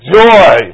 joy